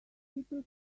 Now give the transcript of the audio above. people